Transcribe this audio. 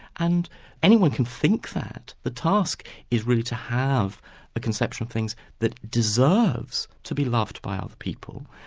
and anyone can think that, the task is really to have a conception of things that deserves to be loved by other people,